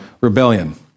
rebellion